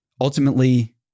ultimately